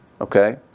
Okay